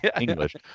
English